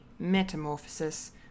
metamorphosis